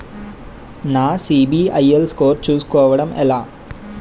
నా CIBIL score చుస్కోవడం ఎలా?